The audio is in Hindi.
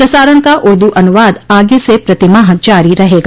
प्रसारण का उर्दू अनुवाद आगे से प्रतिमाह जारी रहेगा